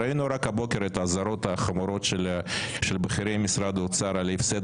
ראינו רק הבוקר את האזהרות החמורות של בכירי משרד האוצר על ההפסד